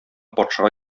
патшага